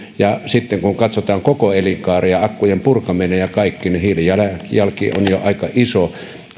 ja sitten kun katsotaan koko elinkaarta akkujen purkaminen ja kaikki hiilijalanjälki on jo aika iso